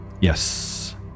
yes